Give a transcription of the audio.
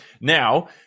Now